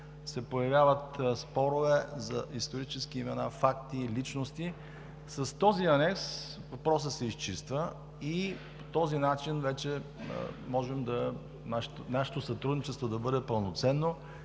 се появяват спорове за исторически имена, факти и личности. С този анекс въпросът се изчиства и по този начин вече може нашето сътрудничество да бъде пълноценно